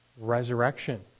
resurrection